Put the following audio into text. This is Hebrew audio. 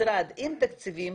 משרד עם תקציבים,